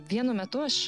vienu metu aš